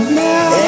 now